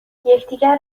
یکدیگر